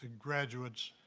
and graduates